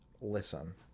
listen